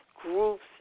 groups